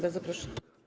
Bardzo proszę.